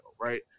right